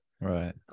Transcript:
Right